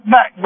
Mac